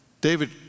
David